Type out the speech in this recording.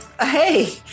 Hey